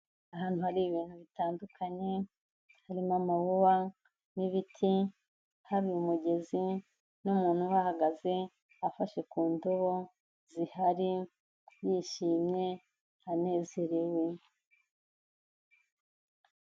Ahantu hari ibintu bitandukanye, harimo amawuwa n'ibiti, hari umugezi n'umuntu uhahagaze, afashe ku ndobo zihari yishimye anezerewe.